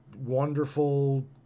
wonderful